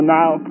now